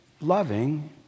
loving